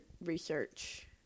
research